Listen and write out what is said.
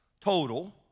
total